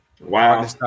wow